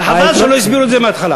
וחבל שלא הסבירו את זה מהתחלה.